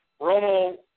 Romo